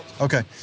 Okay